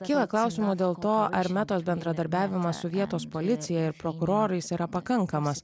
kyla klausimų dėl to ar metos bendradarbiavimas su vietos policija ir prokurorais yra pakankamas